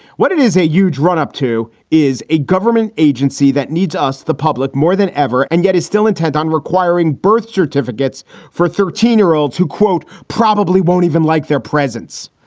what it is a huge run up to is a government agency that needs us. the public more than ever and yet is still intent on requiring birth certificates for thirteen year olds who, quote, probably won't even like their presence.